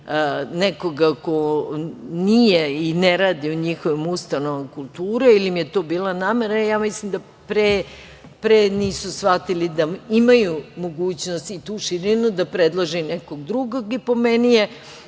nekoga ko nije i ne radi u njihovim ustanovama kulture ili im je to bila namera, ja mislim da pre nisu shvatili da imaju mogućnost i tu širinu da predlože i nekog drugog. Po meni je,